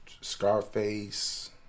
Scarface